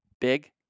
big